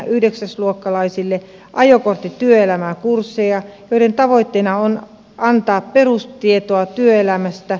luokkalaisille ajokortti työelämään kursseja joiden tavoitteena on antaa perustietoa työelämästä